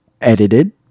edited